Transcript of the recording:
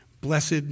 blessed